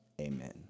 Amen